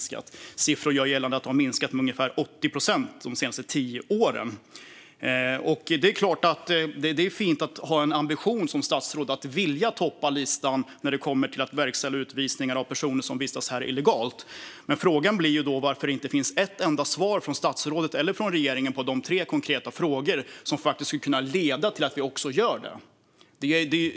Siffror gör gällande att de har minskat med ungefär 80 procent de senaste tio åren. Det är klart att det är fint att ha en ambition och en vilja som statsråd att toppa listan när det gäller att verkställa utvisningar av personer som vistas här illegalt. Men frågan blir då varför det inte finns ett enda svar från statsrådet eller från regeringen på tre konkreta frågor om det som skulle kunna leda till att vi gör det.